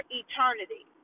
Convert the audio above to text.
eternity